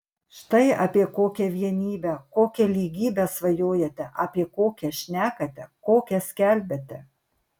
štai apie kokią vienybę kokią lygybę svajojate apie kokią šnekate kokią skelbiate